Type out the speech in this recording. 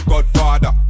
Godfather